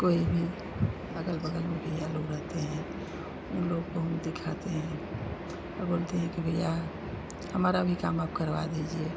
कोई भी अगल बगल में भी यह लोग रहते हैं उन लोग को हम दिखाते हैं और बोलते हैं कि भैया हमारा भी काम आप करवा दीजिए